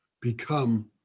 become